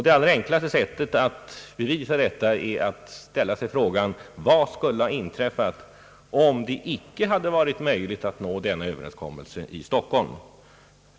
Det enklaste sättet att bevisa detta är att ställa frågan: Vad skulle ha inträffat, om det icke hade varit möjligt att nå den överenskommelse som träffades i Stockholm?